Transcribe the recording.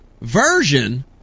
version